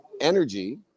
energy